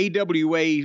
AWA